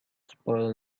spoil